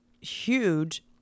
huge